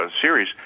series